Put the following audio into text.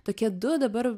tokie du dabar